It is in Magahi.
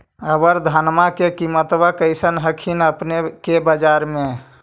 अबर धानमा के किमत्बा कैसन हखिन अपने के बजरबा में?